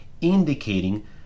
indicating